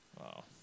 Wow